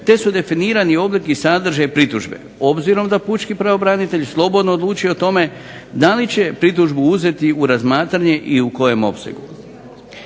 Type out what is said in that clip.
te su definirani oblik i sadržaj pritužbe, obzirom da pučki pravobranitelj slobodno odlučuje o tome da li će pritužbu uzeti u razmatranje i u kojem opsegu.